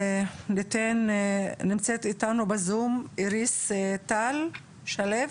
נמצאת איתנו בזום איריס טל שלו,